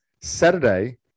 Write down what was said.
Saturday